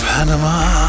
Panama